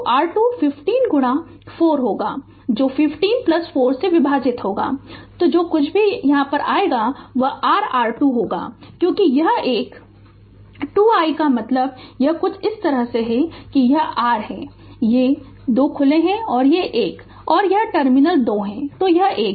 तो R2 15 गुणा 4 होगा जो 15 4 से विभाजित होगा जो कुछ भी आएगा वह r R2 होगा क्योंकि यह एक और 2 Ii का मतलब यह कुछ इस तरह है यह r एक है ये 2 खुले हैं यह 1 है और यह टर्मिनल 2 है यह एक है